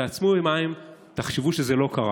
תעצמו עיניים, תחשבו שזה לא קרה.